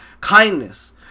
kindness